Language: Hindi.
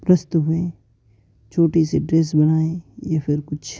प्रस्त हुए छोटी सी ड्रेस बनाएँ या फिर कुछ